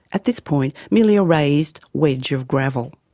at this point, merely a raised wedge of gravel.